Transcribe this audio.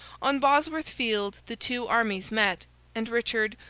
on bosworth field the two armies met and richard,